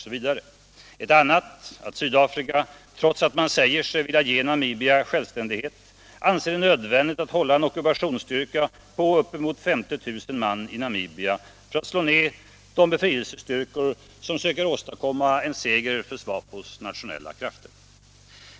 Ett annat belägg för detta är att Sydafrika, trots att man säger sig vilja ge Namibia självständighet, anser det nödvändigt att hålla en ockupationsstyrka på upp emot 50 000 man i Namibia för att slå ner de befrielsestyrkor som söker åstadkomma en seger för SWAPO:s nationella krafter.